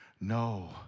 no